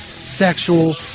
sexual